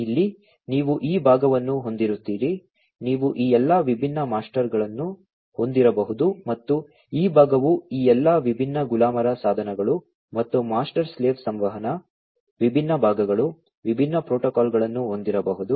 ಇಲ್ಲಿ ನೀವು ಈ ಭಾಗವನ್ನು ಹೊಂದಿರುತ್ತೀರಿ ನೀವು ಈ ಎಲ್ಲಾ ವಿಭಿನ್ನ ಮಾಸ್ಟರ್ಗಳನ್ನು ಹೊಂದಿರಬಹುದು ಮತ್ತು ಈ ಭಾಗವು ಈ ಎಲ್ಲಾ ವಿಭಿನ್ನ ಗುಲಾಮರ ಸಾಧನಗಳು ಮತ್ತು ಮಾಸ್ಟರ್ ಸ್ಲೇವ್ ಸಂವಹನ ವಿಭಿನ್ನ ಭಾಗಗಳು ವಿಭಿನ್ನ ಪ್ರೋಟೋಕಾಲ್ಗಳನ್ನು ಹೊಂದಿರಬಹುದು